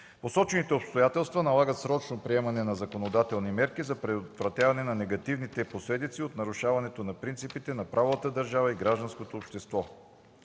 Посочените обстоятелства налагат срочно предприемане на законодателни мерки за предотвратяване на негативните последици от нарушаването на принципите на правовата държава и гражданското общество.